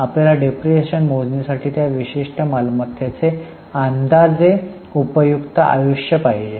आपल्याला डिप्रीशीएशन मोजणीसाठी त्या विशिष्ट मालमत्तेचे अंदाजे उपयुक्त आयुष्य पाहिजे